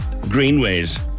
greenways